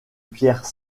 pierres